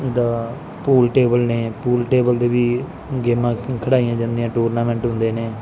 ਦਾ pool table ਨੇ pool table ਦੇ ਵੀ ਗੇਮਾਂ ਖਿਡਾਈਆਂ ਜਾਂਦੀਆਂ ਟੂਰਨਾਮੈਂਟ ਹੁੰਦੇ ਨੇ